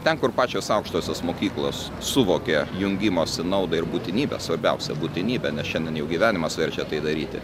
ten kur pačios aukštosios mokyklos suvokė jungimosi naudą ir būtinybę svarbiausia būtinybę nes šiandien jau gyvenimas verčia tai daryti